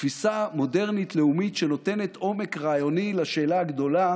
תפיסה מודרנית לאומית שנותנת עומק רעיוני לשאלה הגדולה